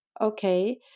okay